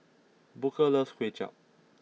Booker loves kway chap